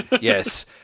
Yes